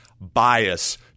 bias